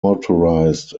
motorized